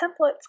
templates